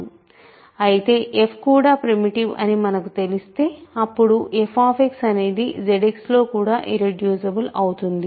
అయితే f కూడా primitive అని మనకు తెలిస్తే అప్పుడు f అనేది ZX లో కూడా ఇర్రెడ్యూసిబుల్ అవుతుంది